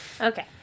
Okay